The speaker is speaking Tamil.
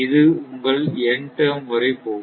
இது உங்கள் n டெர்ம் வரை போகும்